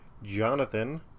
Jonathan